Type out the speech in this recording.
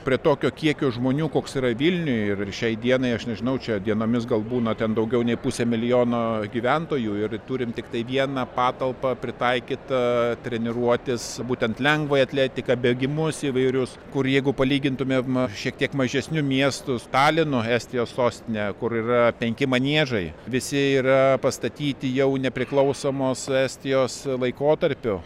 prie tokio kiekio žmonių koks yra vilniuj ir šiai dienai aš nežinau čia dienomis gal būna ten daugiau nei pusė milijono gyventojų ir turim tiktai vieną patalpą pritaikytą treniruotis būtent lengvąją atletiką bėgimus įvairius kur jeigu palygintumėm šiek tiek mažesnių miestų talino estijos sostinę kur yra penki maniežai visi yra pastatyti jau nepriklausomos estijos laikotarpiu